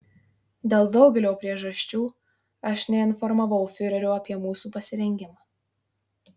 dėl daugelio priežasčių aš neinformavau fiurerio apie mūsų pasirengimą